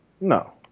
No